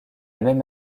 même